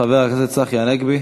חבר הכנסת צחי הנגבי,